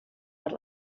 per